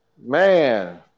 man